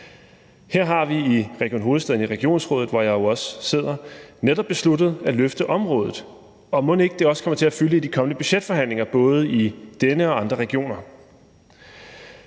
Her har vi i Region Hovedstaden i regionsrådet, hvor jeg jo også sidder, netop besluttet at løfte området. Og mon ikke, det også kommer til at fylde i de kommende budgetforhandlinger, både i denne og i andre regioner.